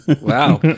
Wow